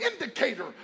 indicator